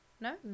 No